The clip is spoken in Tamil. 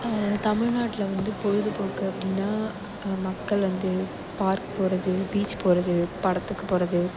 தமிழ்நாட்டில் வந்து பொழுதுபோக்கு அப்படின்னா மக்கள் வந்து பார்க் போறது பீச் போவது படத்துக்கு போவது